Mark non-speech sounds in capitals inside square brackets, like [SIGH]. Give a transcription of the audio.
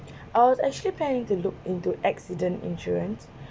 [BREATH] I was actually planning to look into accident insurance [BREATH]